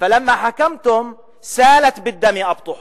פלמא חכמתם סאלת בא-דם אבטח/